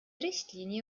richtlinie